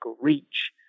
reach